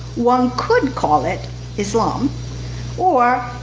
one could call it islam or